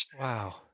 Wow